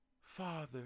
Father